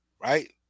Right